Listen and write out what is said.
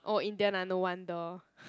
oh Indian ah no wonder